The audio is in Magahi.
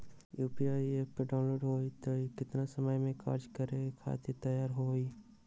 यू.पी.आई एप्प डाउनलोड होई त कितना समय मे कार्य करे खातीर तैयार हो जाई?